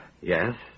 yes